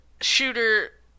Shooter